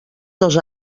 dos